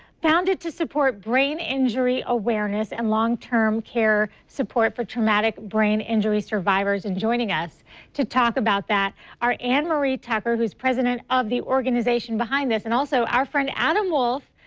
founded to support brain injury awareness and long-term care support for traumatic brain injury survivors. and joining us to talk about that are ann marie tucker, who is president of the organization behind this, and also our friend adam wolf,